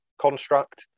construct